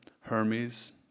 Hermes